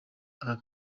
ako